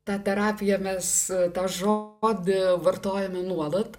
ta terapija mes tą žodį vartojame nuolat